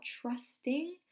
trusting